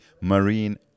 marine